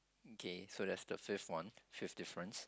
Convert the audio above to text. okay so that's the fifth one fifth difference